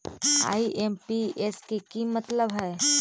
IMPS के कि मतलब है?